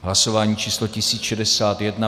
Hlasování číslo 1061.